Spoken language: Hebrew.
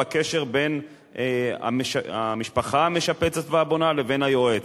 בקשר בין המשפחה המשפצת והבונה ובין היועץ.